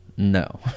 No